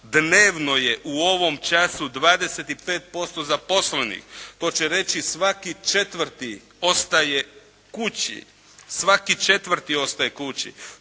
dnevno je u ovom času 25% zaposlenih. To će reći svaki četvrti ostaje kući. To je u kontekstu